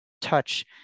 touch